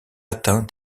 atteint